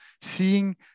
seeing